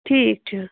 ٹھیٖک چھُ